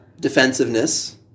Defensiveness